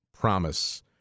promise